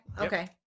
Okay